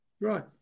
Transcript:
Right